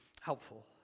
helpful